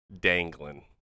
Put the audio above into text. Dangling